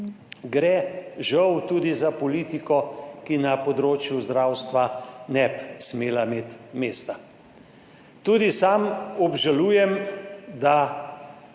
gre žal tudi za politiko, ki na področju zdravstva ne bi smela imeti mesta. Tudi sam obžalujem, da